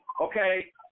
okay